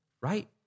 right